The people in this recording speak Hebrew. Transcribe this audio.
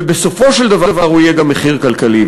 ובסופו של דבר הוא יהיה גם מחיר כלכלי.